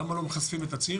למה לא מחשפים את הציר?